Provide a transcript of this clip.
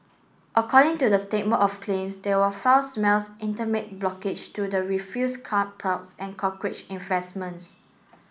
according to the statement of claims there were foul smells intermit blockage to the refuse can't piles and cockroach